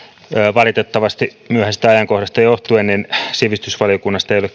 valitettavasti myöhäisestä ajankohdasta johtuen sivistysvaliokunnasta ei ole